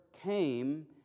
came